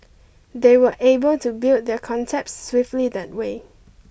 they were able to build their concept swiftly that way